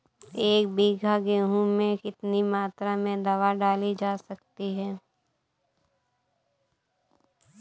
एक बीघा गेहूँ में कितनी मात्रा में दवा डाली जा सकती है?